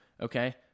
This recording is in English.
Okay